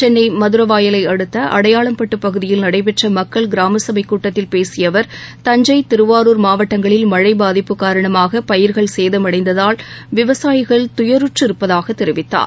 சென்னை மதரவாயலை அடுத்த அடையாளம்பட்டு பகுதியில் நடைபெற்ற மக்கள் கிராமசபைக் கூட்டத்தில் பேசிய அவர் தஞ்சை திருவாரூர் மாவட்டங்களில் மழை பாதிப்பு காரணமாக பயிர்கள் சேதமடைந்ததால் விவசாயிகள் துயருற்று இருப்பதாகத் தெரிவித்தார்